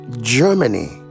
Germany